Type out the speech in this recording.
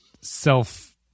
self